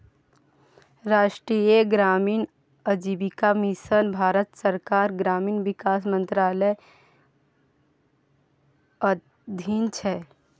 राष्ट्रीय ग्रामीण आजीविका मिशन भारत सरकारक ग्रामीण विकास मंत्रालयक अधीन छै